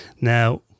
Now